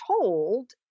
told